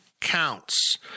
counts